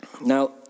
Now